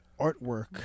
artwork